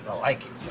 ah like